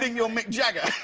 ah your mick jagger.